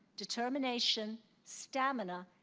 determination, stamina,